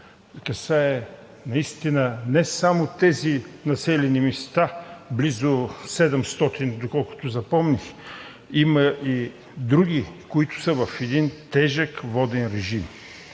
касае наистина не само тези населени места – близо 700, доколкото запомних, има и други, които са в тежък воден режим.